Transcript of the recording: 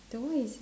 then why is this